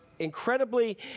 incredibly